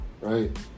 right